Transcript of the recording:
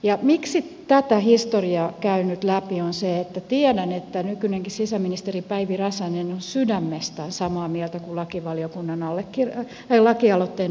syy miksi tätä historiaa käyn nyt läpi on se että tiedän että nykyinenkin sisäministeri päivi räsänen on sydämestään samaa mieltä kuin lakialoitteen allekirjoittajat